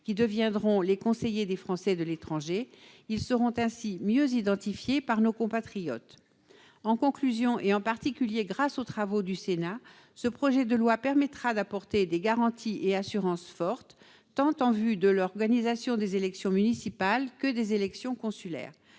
: devenus conseillers des Français de l'étranger, ils seront mieux identifiés par nos compatriotes. En particulier grâce aux travaux du Sénat, ce projet de loi permettra d'apporter des garanties et assurances fortes, en vue de l'organisation tant des élections municipales que des élections consulaires.